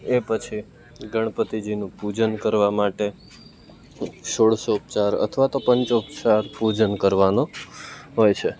એ પછી ગણપતિજીનું પૂજન કરવા માટે ષોડશોપચાર અથવા પંચોપચાર તો પૂજન કરવાનો હોય છે